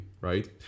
right